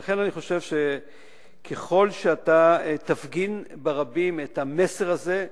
לכן אני חושב שככל שאתה תפגין ברבים את המסר הזה,